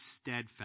steadfast